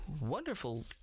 wonderful